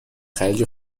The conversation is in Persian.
خلیج